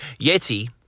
Yeti